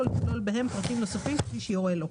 לכלול בהם פרטים נוספים כפי שיורה לו.